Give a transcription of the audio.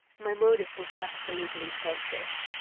my motive was absolutely selfish.